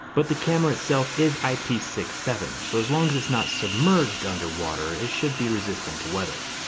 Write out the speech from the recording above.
but the camera itself is i p six seven, so as long as it's not submerged underwater, it should be resistant to weather.